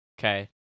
Okay